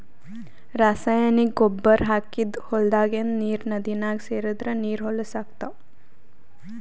ರಾಸಾಯನಿಕ್ ಗೊಬ್ಬರ್ ಹಾಕಿದ್ದ್ ಹೊಲದಾಗಿಂದ್ ನೀರ್ ನದಿನಾಗ್ ಸೇರದ್ರ್ ನೀರ್ ಹೊಲಸ್ ಆಗ್ತಾವ್